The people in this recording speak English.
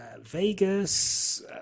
Vegas